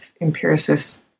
empiricists